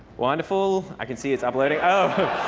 wonderful. i can see it's uploading. oh.